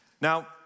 Now